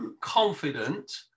confident